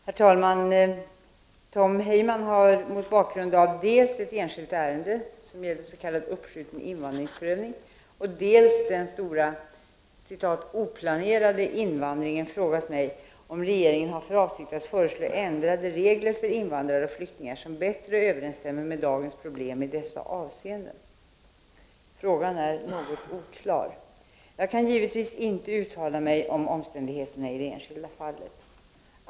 Herr talman! Tom Heyman har mot bakgrund av dels ett enskilt ärende som gällde s.k. uppskjuten invandringsprövning, dels den stora ”oplanerade” invandringen frågat mig om regeringen har för avsikt att föreslå ändrade regler för invandrare och flyktingar som bättre överensstämmer med dagens problem i dessa avseenden. Frågan är något oklar. Jag kan givetvis inte uttala mig om omständigheterna i det enskilda fallet.